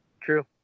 True